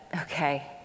Okay